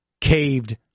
caved